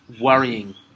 worrying